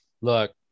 look